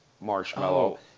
marshmallow